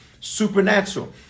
supernatural